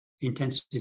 intensive